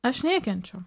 aš nekenčiu